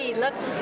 let's